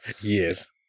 yes